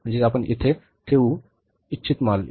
म्हणजे आपण येथे ठेवू इच्छित कच्चा माल